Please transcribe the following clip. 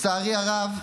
לצערי הרב,